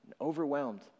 overwhelmed